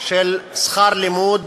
של שכר לימוד